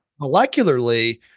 Molecularly